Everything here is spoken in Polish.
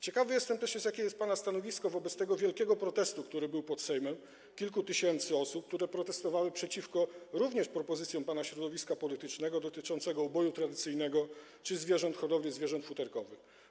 Ciekawy też jestem, jakie jest pana stanowisko wobec tego wielkiego protestu, który był pod Sejmem, kilku tysięcy osób, które protestowały przeciwko propozycjom pana środowiska politycznego dotyczącym uboju tradycyjnego czy hodowli zwierząt futerkowych.